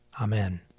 Amen